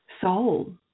soul